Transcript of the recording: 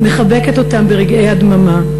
מחבקת אותם ברגעי הדממה,